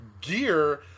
gear